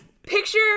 Picture